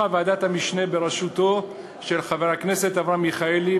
ועדת המשנה בראשותו של חבר הכנסת אברהם מיכאלי,